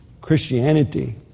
Christianity